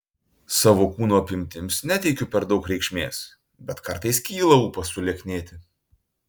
savo kūno apimtims neteikiu per daug reikšmės bet kartais kyla ūpas sulieknėti